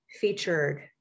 featured